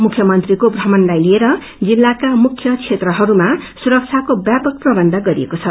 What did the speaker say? मुख्यमंत्रीको प्रमणलाई तिएर जिल्लाका मुख्य क्षेत्रहरूमा सुरक्षाको व्यापक प्रबन्ध गरिएको छ